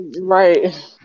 Right